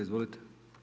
Izvolite.